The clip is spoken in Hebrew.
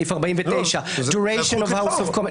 סעיף 49. דוריישן אופ האוס אופק ומנס.